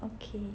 okay